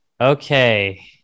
Okay